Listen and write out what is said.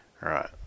right